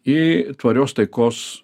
į tvarios taikos